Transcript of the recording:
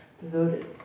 devoted